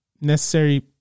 necessary